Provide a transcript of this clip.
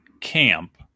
camp